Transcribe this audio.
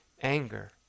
anger